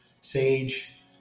sage